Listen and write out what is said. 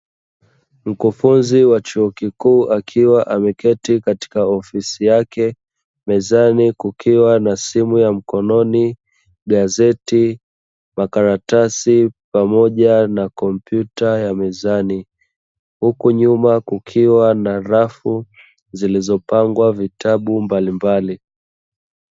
Mkufunzi wa chuo kikuu akiwa ameketi katika ofisi yake, mezani kukiwa na simu ya mkononi, gazeti, makaratasi pamoja na kompyuta ya mezani, huku nyuma kukiwa na rafu zilizopangwa vitabu mbalimbali.